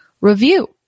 review